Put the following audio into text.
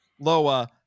Loa